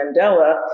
Mandela